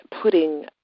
putting